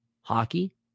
hockey